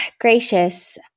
gracious